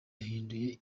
yahinduye